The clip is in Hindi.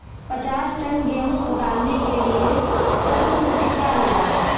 पचास टन गेहूँ उतारने के लिए श्रम शुल्क क्या होगा?